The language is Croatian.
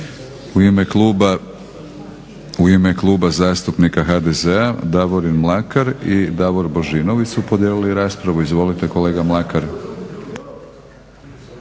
U ime Kluba zastupnika HDZ-a Davorin Mlakar i Davor Božinović su podijelili raspravu. Izvolite kolega Mlakar.